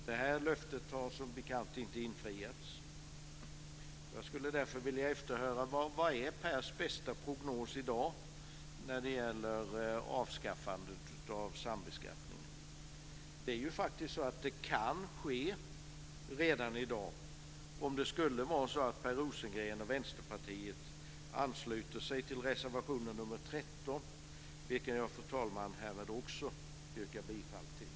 Det här löftet har som bekant inte infriats. Jag skulle därför vilja efterhöra vilken Pers bästa prognos är i dag när det gäller avskaffandet av sambeskattningen. Det kan ju faktiskt ske redan i dag om Per Rosengren och Vänsterpartiet ansluter sig till reservation nr 13, vilken jag, fru talman, härmed också yrkar bifall till.